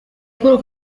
paul